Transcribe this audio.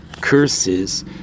curses